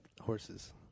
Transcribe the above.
horses